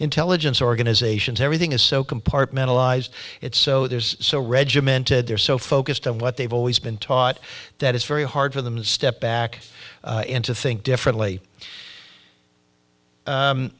intelligence organizations everything is so compartmentalize it so there's so regimented they're so focused on what they've always been taught that it's very hard for them to step back into think differently